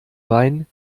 wein